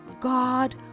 God